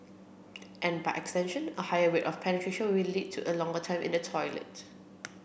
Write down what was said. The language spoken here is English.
and by extension a higher way of penetration will lead to a longer time in the toilet